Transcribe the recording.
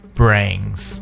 brains。